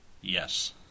Yes